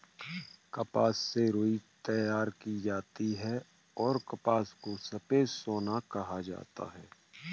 कपास से रुई तैयार की जाती हैंऔर कपास को सफेद सोना कहा जाता हैं